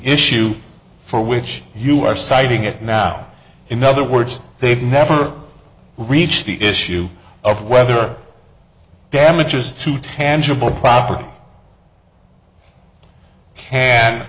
issue for which you are citing it now in other words they've never reached the issue of whether damage is to tangible property can